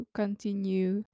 continue